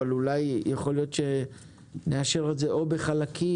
יכול להיות שנאשר את זה בחלקים,